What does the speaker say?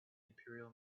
imperial